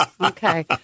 Okay